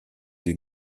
des